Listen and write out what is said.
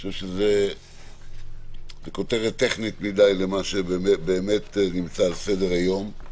זאת כותרת טכנית מדיי למה שבאמת נמצא על סדר-היום,